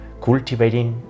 cultivating